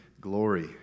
glory